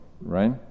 right